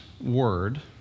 word